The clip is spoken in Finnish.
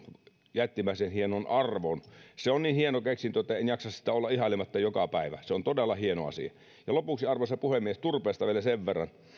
jättimäisen hienon arvon se on niin hieno keksintö että en jaksa sitä olla ihailematta joka päivä se on todella hieno asia lopuksi arvoisa puhemies turpeesta vielä sen verran että